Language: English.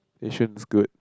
Yishun is good